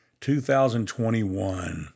2021